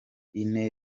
ine